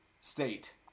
State